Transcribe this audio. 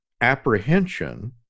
apprehension